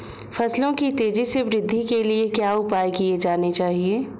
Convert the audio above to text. फसलों की तेज़ी से वृद्धि के लिए क्या उपाय किए जाने चाहिए?